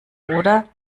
oder